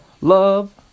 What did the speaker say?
love